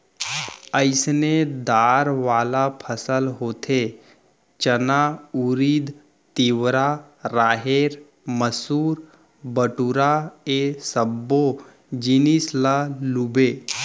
अइसने दार वाला फसल होथे चना, उरिद, तिंवरा, राहेर, मसूर, बटूरा ए सब्बो जिनिस ल लूबे